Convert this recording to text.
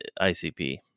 ICP